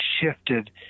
shifted